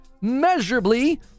measurably